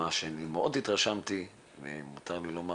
מה שאני מאוד התרשמתי ואם מותר לי לומר,